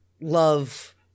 love